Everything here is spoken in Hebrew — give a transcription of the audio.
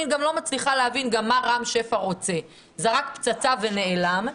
אני גם לא מצליחה להבין מה רם שפע רוצה זרק פצצה ונעלם.